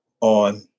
on